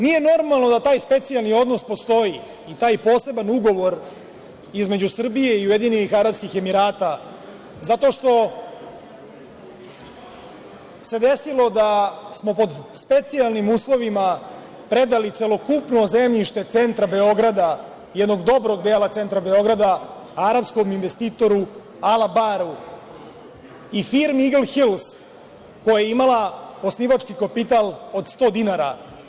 Nije normalno da taj specijalni odnos postoji i taj poseban ugovor između Srbije i UAE zato što se desilo da smo pod specijalnim uslovima predali celokupno zemljište centra Beograda, jednog dobrog dela centra Beograda arapskom investitoru Alabaru i firmi „Igl hils“ koja je imala osnivački kapital od 100 dinara.